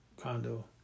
condo